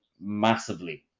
massively